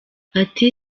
ati